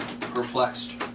perplexed